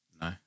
No